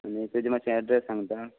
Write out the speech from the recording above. आनी तुजें मातशें ऍड्रस सांगता